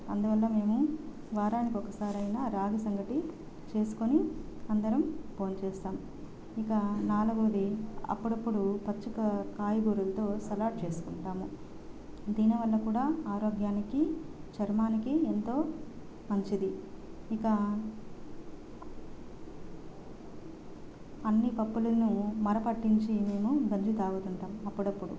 అందువల్ల మేము వారానికి ఒకసారి అయినా రాగి సంగటి చేసుకొని అందరం భోజనం చేస్తాం ఇక నాల్గవది అప్పుడప్పుడు పచ్చి కాయ కూరలతో సలాడ్ చేసుకుంటాము దీని వల్ల కూడా ఆరోగ్యానికి చర్మానికి ఎంతో మంచిది ఇక అన్నీ పప్పులను మర పట్టించి మేము గంజి తాగుతాం అప్పుడప్పుడు